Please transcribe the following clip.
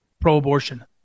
pro-abortion